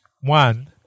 One